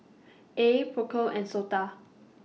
AYE PROCOM and Sota